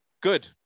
good